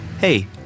Hey